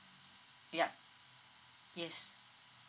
yup yes